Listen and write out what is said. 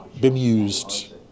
bemused